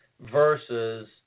versus